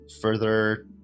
further